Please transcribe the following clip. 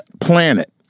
planet